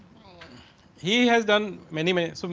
he has done many, many, so